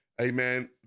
amen